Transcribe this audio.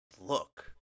look